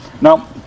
Now